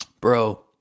Bro